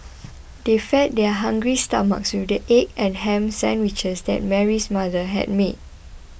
they fed their hungry stomachs with the egg and ham sandwiches that Mary's mother had made